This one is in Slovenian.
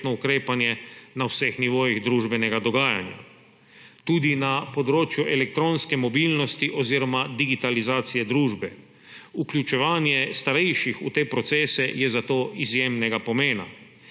na vseh nivojih družbenega dogajanja, tudi na področju elektronske mobilnosti oziroma digitalizacije družbe. Vključevanje starejših v te procese je zato izjemnega pomena.